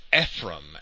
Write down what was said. Ephraim